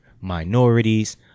minorities